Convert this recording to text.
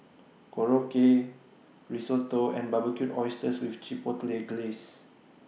Korokke Risotto and Barbecued Oysters with Chipotle Glaze